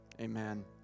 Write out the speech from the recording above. Amen